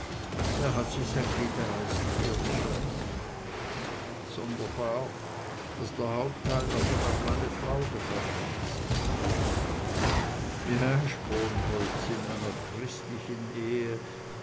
der hat sich sein gliederreißen ehrlich verdient sonderbar daß der hauptteil davon auf meine frau gefallen ist ja sponholz in einer christlichen ehe